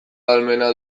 ahalmena